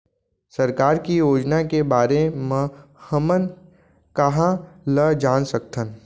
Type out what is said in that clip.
सरकार के योजना के बारे म हमन कहाँ ल जान सकथन?